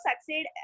succeed